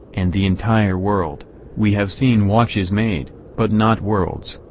and the entire world we have seen watches made, but not worlds.